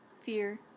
fear